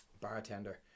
bartender